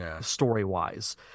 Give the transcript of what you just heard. story-wise